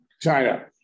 China